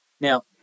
now